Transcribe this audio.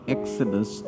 Exodus